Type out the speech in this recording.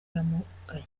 yamugaye